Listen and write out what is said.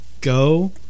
go